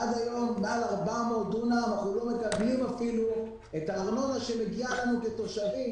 עד היום מעל 400 דונם אנחנו רואים את הארנונה שמגיעה לנו כתושבים